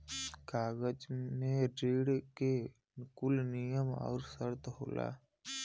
कागज मे ऋण के कुल नियम आउर सर्त होला